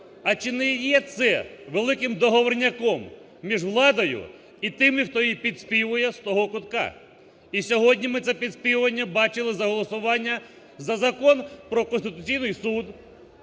а чи не є це великим договорняком між владою і тими, хто їй підспівує з того кутка. І сьогодні ми це підспівування бачили за голосування за Закон про Конституційний Суд,